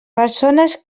persones